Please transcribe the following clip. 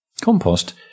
Compost